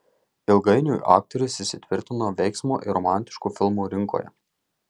ilgainiui aktorius įsitvirtino veiksmo ir romantiškų filmų rinkoje